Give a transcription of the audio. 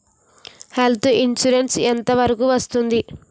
Health insurance ఎంత వరకు వస్తుంది?